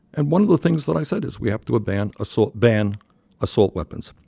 and one of the things that i said is, we have to ban assault ban assault weapons.